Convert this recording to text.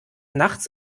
nachts